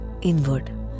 inward